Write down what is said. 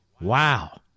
Wow